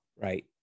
right